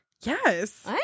Yes